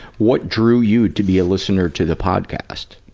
what drew you to be a listener to the podcast?